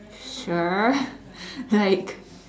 sure like